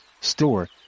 store